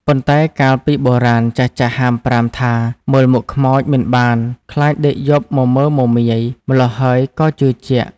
ប៉ុន្តែកាលពីបុរាណចាស់ៗហាមប្រាមថា មើលមុខខ្មោចមិនបានខ្លាចដេកយប់មមើមមាយ ម្លោះហើយក៏ជឿជាក់។